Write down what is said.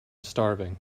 starving